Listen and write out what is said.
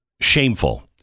shameful